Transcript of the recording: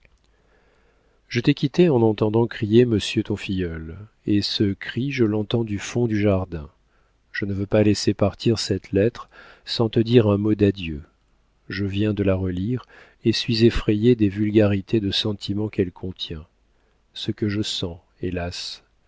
je t'ai quittée en entendant crier monsieur ton filleul et ce cri je l'entends du fond du jardin je ne veux pas laisser partir cette lettre sans te dire un mot d'adieu je viens de la relire et suis effrayée des vulgarités de sentiment qu'elle contient ce que je sens hélas